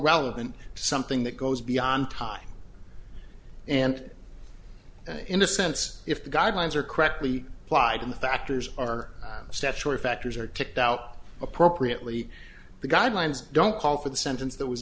relevant something that goes beyond time and in a sense if the guidelines are correctly applied in the factors are statutory factors are kicked out appropriately the guidelines don't call for the sentence that was